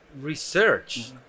Research